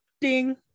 Ding